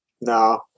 No